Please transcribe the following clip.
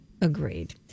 Agreed